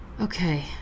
Okay